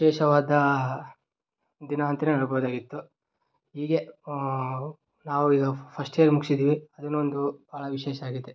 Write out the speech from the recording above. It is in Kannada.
ವಿಶೇಷವಾದ ದಿನ ಅಂತಾನೆ ಹೇಳ್ಬೊದಾಗಿತ್ತು ಹೀಗೆ ನಾವು ಈಗ ಪಸ್ಟ್ ಯಿಯರ್ ಮುಗಿಸಿದ್ದೀವಿ ಅದು ಇನ್ನೊಂದು ಭಾಳ ವಿಶೇಷ ಆಗೈತೆ